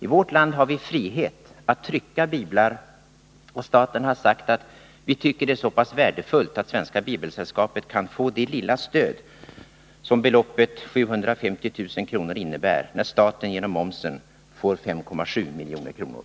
I vårt land har vi frihet att trycka biblar, och staten har sagt att vi tycker att det är värdefullt att Svenska bibelsällskapet kan få det lilla stöd som beloppet 750 000 kr. innebär, när staten genom momsen får 5,7 milj.kr.